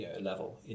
level